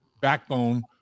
backbone